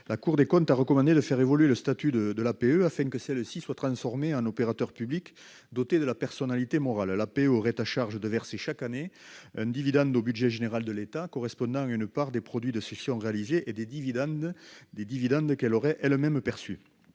la Cour des comptes a recommandé de faire évoluer le statut de l'APE afin que celle-ci soit transformée en opérateur public doté de la personnalité morale, à charge pour cette dernière de verser chaque année un dividende au budget général de l'État correspondant à une part des produits des cessions réalisées et des dividendes qu'elle aurait elle-même perçus.